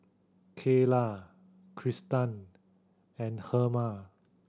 Cayla Kristan and Herma